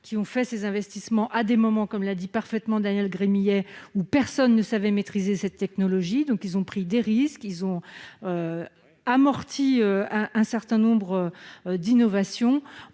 qui ont réalisé ces investissements à des moments, comme l'a dit parfaitement Daniel Gremillet, où personne ne savait maîtriser cette technologie. Ils ont donc pris des risques en amortissant un certain nombre d'innovations.